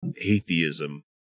atheism